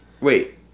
Wait